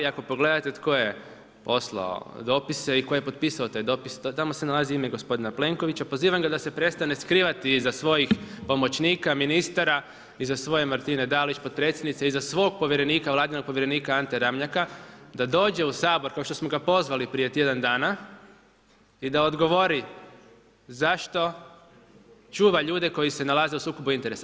Ako pogledate tko je poslao dopise i tko je potpisao te dopise, tamo se nalazi ime gospodina Plenkovića, pozivam ga da se prestane skrivati iza svojih pomoćnika, ministara, iza svoje Martine Dalić, potpredsjednice i za svog povjerenika, Vladinog povjerenika Ante Ramljaka, da dođe u Sabor, kao što smo ga pozvali prije tjedan dana i da odgovori, zašto čuva ljude koji se nalaze u sukobu interesa.